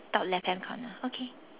top left hand corner okay